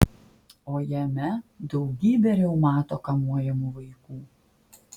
o jame daugybė reumato kamuojamų vaikų